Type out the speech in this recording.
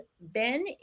ben